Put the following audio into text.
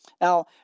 Now